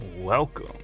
Welcome